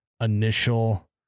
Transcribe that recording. initial